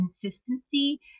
consistency